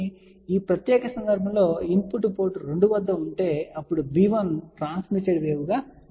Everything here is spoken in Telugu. కాబట్టి ఈ ప్రత్యేక సందర్భంలో ఇన్పుట్ పోర్ట్ 2 వద్ద ఉంటే అప్పుడు b1 ట్రాన్స్మిటెడ్ వేవ్ గా మారుతుంది